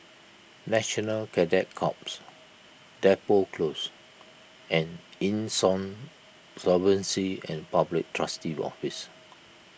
National Cadet Corps Depot Close and Insolvency and Public Trustee's Office